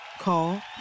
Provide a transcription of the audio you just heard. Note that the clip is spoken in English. Call